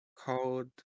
Called